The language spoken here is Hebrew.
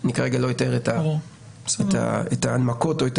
אני כרגע לא אתאר את ההנמקות או את